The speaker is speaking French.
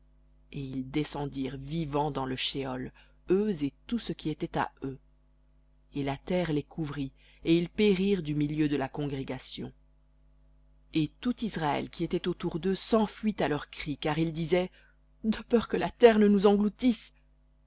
et ils descendirent vivants dans le shéol eux et tout ce qui était à eux et la terre les couvrit et ils périrent du milieu de la congrégation et tout israël qui était autour d'eux s'enfuit à leur cri car ils disaient de peur que la terre ne nous engloutisse